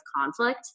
conflict